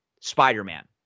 Spider-Man